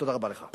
תודה רבה לך.